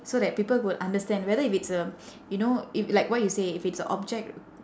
so that people would understand whether if it's a you know if like what you say if it's a object